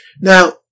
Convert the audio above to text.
Now